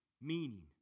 meaning